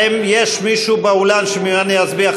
האם יש מישהו באולם שמעוניין להצביע?